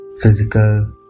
physical